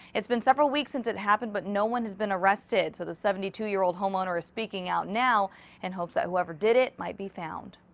it's been several weeks since it happened but no one has been arrested. so the seventy two year old homeowner is speaking out now in and hopes that whoever did it might be found.